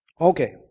Okay